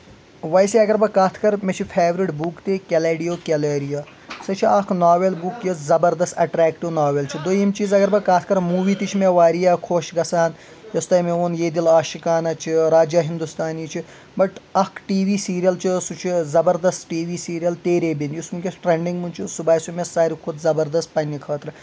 ویسے اَگر بہٕ کَتھ کَرٕ مےٚ چھُ فیورِٹ بُک تہِ کیلیڈیو کیلیریہ سۄ چھےٚ اکھ ناویٚل بُک یۄس زَبردست ایٚٹریکٹو ناویٚل چھِ دۄیم چیٖز اَگر بہٕ کَتھ کرٕ موٗوی تہِ چھِ مےٚ واریاہ خۄش گژھان یۄس تۄہہ مےٚ ووٚن یہ دِل آشِقانا چھِ راجا ہنٛدُستانی چھ بَٹ اکھ ٹی وی سیٖریل چھُ سُہ چھُ زَبردست T V serial Tere Bin یُس ؤنٛکیٚس ٹریٚنٛڈِنٛگ منٛز چھُ سُہ باسیو مےٚ ساروٕے کھۄتہٕ زَبردست پَنٕنہِ خٲطرٕ